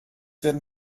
werden